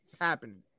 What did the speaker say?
happening